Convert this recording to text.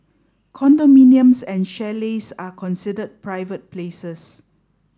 condominiums and chalets are considered private places